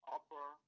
Upper